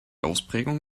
ausprägung